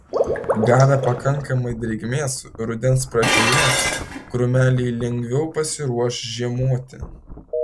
gavę pakankamai drėgmės rudens pradžioje krūmeliai lengviau pasiruoš žiemoti